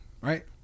Right